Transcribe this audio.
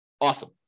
Awesome